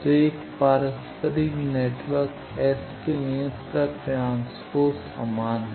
तो एक पारस्परिक नेटवर्क S के लिए और इसका ट्रांसपोज़ समान है